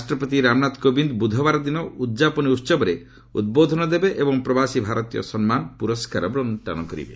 ରାଷ୍ଟ୍ରପତି ରାମନାଥ କୋବିନ୍ଦ ବୁଧବାର ଦିନ ଉଦ୍ଯାପନୀ ଉତ୍ସବରେ ଉଦ୍ବୋଧନ ଦେବେ ଏବଂ ପ୍ରବାସୀ ଭାରତୀୟ ସମ୍ମାନ ପୂରସ୍କାର ପ୍ରଦାନ କରିବେ